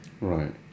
Right